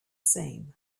same